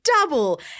double